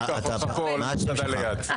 אני אקח אותך פה למסעדה ליד.